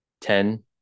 ten